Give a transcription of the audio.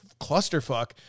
clusterfuck